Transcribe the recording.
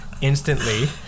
instantly